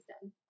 done